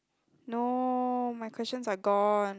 no my questions are gone